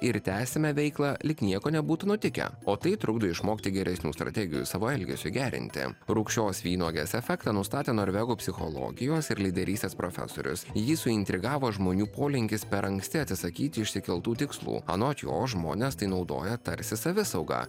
ir tęsiame veiklą lyg nieko nebūtų nutikę o tai trukdo išmokti geresnių strategijų savo elgesio gerinti rūgščios vynuogės efektą nustatė norvego psichologijos ir lyderystės profesorius jį suintrigavo žmonių polinkis per anksti atsisakyti išsikeltų tikslų anot jo žmonės tai naudoja tarsi savisaugą